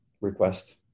request